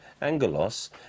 angelos